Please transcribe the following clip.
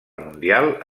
mundial